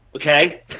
Okay